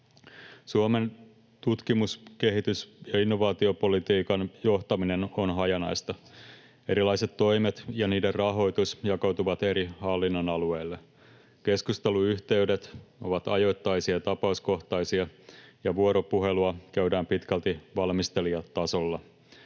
Suomen tutkimus-, kehitys- ja innovaatiopolitiikan johtaminen on hajanaista. Erilaiset toimet ja niiden rahoitus jakautuvat eri hallinnonaloille. Keskusteluyhteydet ovat ajoittaisia ja tapauskohtaisia, ja vuoropuhelua käydään pitkälti valmistelijatasolla.